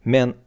Men